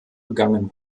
begangen